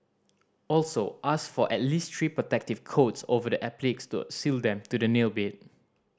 also ask for at least three protective coats over the appliques to seal them to the nail bed